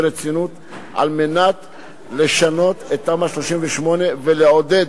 רצינות על מנת לשנות את תמ"א 38 ולעודד